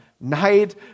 night